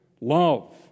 love